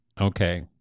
Okay